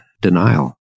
denial